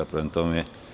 Prema tome…